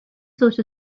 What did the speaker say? sort